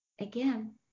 again